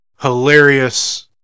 hilarious